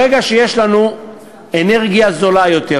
ברגע שיש לנו אנרגיה זולה יותר,